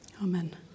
Amen